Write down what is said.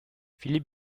philippe